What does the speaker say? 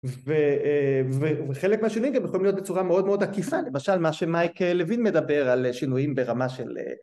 שלום הגעתם למוקד שירות הלקוחות של קבוצת דובדבני אולמן